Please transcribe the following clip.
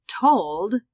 told